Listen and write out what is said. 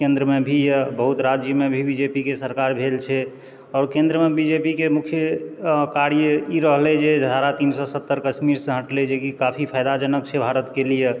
केन्द्रमे भी यऽ बहुत राज्यमे भी बीजेपीके सरकार भेल छै और केन्द्रमे बीजेपीके मुख्य कार्य ई रहलै जे धारा तीन सए सत्तर कश्मीरसँ हटलै जे कि काफी फायदाजनक छै भारतके लिए